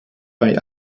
bei